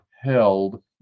held